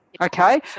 okay